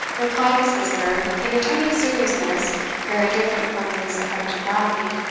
replied his visitor, in a tone of seriousness very different from his affected gravity,